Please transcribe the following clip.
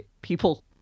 people